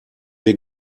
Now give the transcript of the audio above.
wir